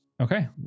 okay